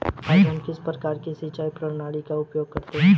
आज हम किस प्रकार की सिंचाई प्रणाली का उपयोग करते हैं?